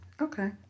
okay